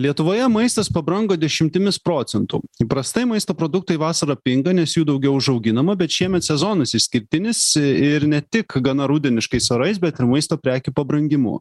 lietuvoje maistas pabrango dešimtimis procentų įprastai maisto produktai vasarą pinga nes jų daugiau užauginama bet šiemet sezonas išskirtinis ir ne tik gana rudeniškais orais bet ir maisto preki pabrangimu